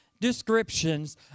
descriptions